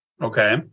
Okay